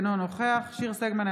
אינו נוכח מיכל שיר סגמן,